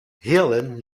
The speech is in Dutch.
heerlen